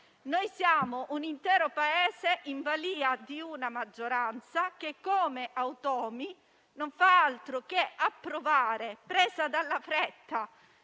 noi siamo un intero Paese in balia di una maggioranza che, come un automa, non fa altro che approvare provvedimenti